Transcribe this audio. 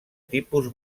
tipus